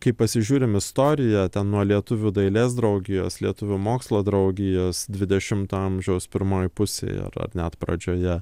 kai pasižiūrim istoriją ten nuo lietuvių dailės draugijos lietuvių mokslo draugijos dvidešimto amžiaus pirmoj pusėj ar ar net pradžioje